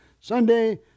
Sunday